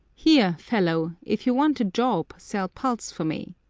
here, fellow if you want a job, sell pulse for me.